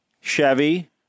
Chevy